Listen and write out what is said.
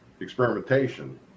experimentation